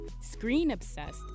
screen-obsessed